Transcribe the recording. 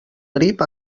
grip